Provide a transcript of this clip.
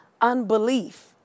unbelief